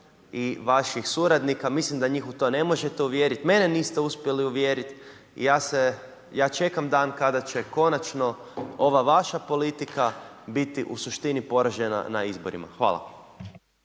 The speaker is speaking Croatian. i vaših suradnika, mislim da njih u to ne možete uvjeriti, mene niste uspjeli uvjeriti i ja čekam dan, kada će konačno ova vaša politika biti u suštini poražena na izborima. Hvala.